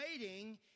waiting